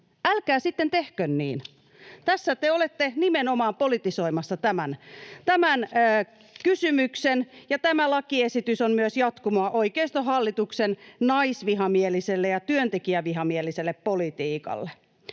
Tehän sen teette!] Tässä te olette nimenomaan politisoimassa tämän kysymyksen. Ja tämä lakiesitys on myös jatkumoa oikeistohallituksen naisvihamieliselle ja työntekijävihamieliselle politiikalle.